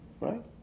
right